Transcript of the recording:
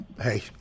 Hey